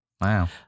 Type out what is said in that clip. wow